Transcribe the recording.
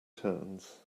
turns